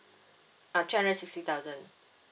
uh three hundred and sixty thousand